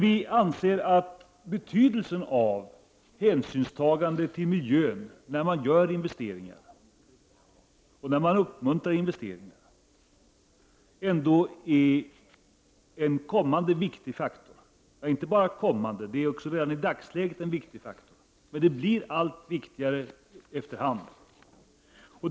Vi anser ändå att betydelsen av hänsynstagandet till miljön när man gör investeringar och uppmuntrar investeringar är en kommande viktig faktor. Det är inte bara en kommande faktor, utan det är redan i dagsläget en viktig faktor. Den blir dock allt viktigare efter hand.